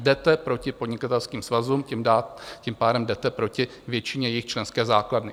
Jdete proti podnikatelským svazům, tím pádem jdete proti většině jejich členské základny.